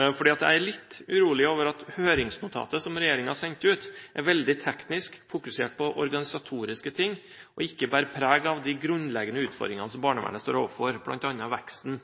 organisatoriske ting og ikke bærer preg av de grunnleggende utfordringene som barnevernet står overfor, bl.a. veksten